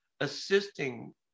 assisting